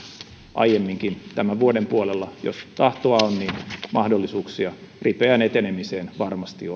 aiemminkin tämän vuoden puolella jos tahtoa on niin mahdollisuuksia ripeään etenemiseen varmasti